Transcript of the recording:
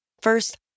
First